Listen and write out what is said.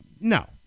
no